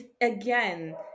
Again